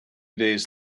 days